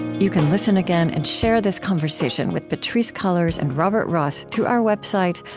you can listen again and share this conversation with patrisse cullors and robert ross through our website,